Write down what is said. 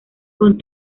con